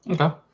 Okay